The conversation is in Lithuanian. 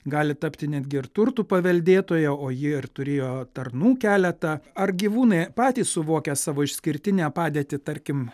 gali tapti netgi ir turtų paveldėtoja o ji ir turėjo tarnų keletą ar gyvūnai patys suvokia savo išskirtinę padėtį tarkim